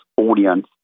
audience